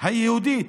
היהודית